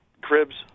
cribs